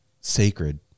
sacred